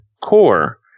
Core